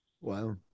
Wow